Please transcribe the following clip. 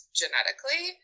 genetically